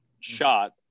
shot